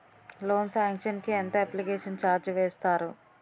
Loan sanction కి ఎంత application charge వేస్తారు?